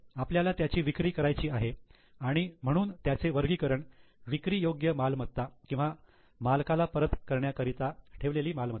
पण आपल्याला त्याची विक्री करायची आहे आणि म्हणून त्याचे वर्गीकरण विक्री योग्य मालमत्ता किंवा मालकाला परत करण्याकरिता ठेवलेली मालमत्ता